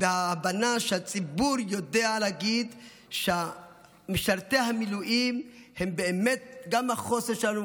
וההבנה שהציבור יודע להגיד שמשרתי המילואים הם באמת גם החוסן שלנו,